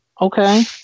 Okay